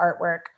artwork